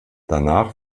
danach